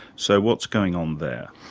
so what's going on there?